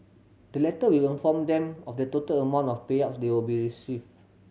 the letter will inform them of the total amount of payouts they will be receive